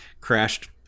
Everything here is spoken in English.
crashed